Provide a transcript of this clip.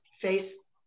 face